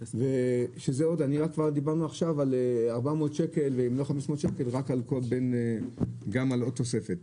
שזה עוד אני דיברתי עכשיו על 400 שקל ו-150 שקל גם על עוד תוספת,